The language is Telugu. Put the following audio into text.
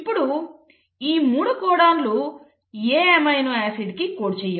ఇప్పుడు ఈ 3 కోడాన్ లు ఏ అమైనో ఆసిడ్కి కోడ్ చేయవు